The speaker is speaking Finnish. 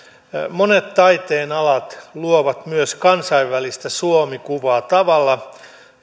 monet taiteenalat luovat myös kansainvälistä suomi kuvaa tavalla